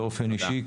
באופן אישי,